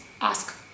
Ask